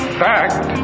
fact